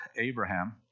Abraham